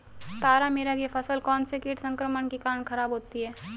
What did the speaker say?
तारामीरा की फसल कौनसे कीट संक्रमण के कारण खराब होती है?